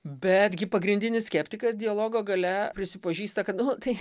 betgi pagrindinis skeptikas dialogo gale prisipažįsta kad nu tai